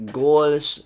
goals